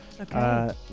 okay